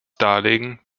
darlegen